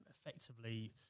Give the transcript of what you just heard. effectively